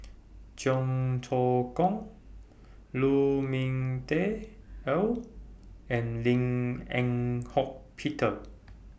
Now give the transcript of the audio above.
Cheong Choong Kong Lu Ming Teh Earl and Lim Eng Hock Peter